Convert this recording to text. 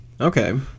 Okay